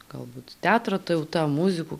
galbūt teatro tauta muzikų